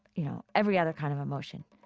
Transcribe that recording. you know, every other kind of emotion,